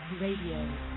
Radio